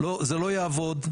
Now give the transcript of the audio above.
זה לא יעבוד,